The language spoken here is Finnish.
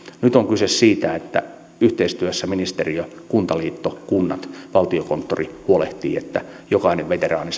nyt on kyse siitä että yhteistyössä ministeriö kuntaliitto kunnat valtiokonttori huolehtivat että jokainen veteraani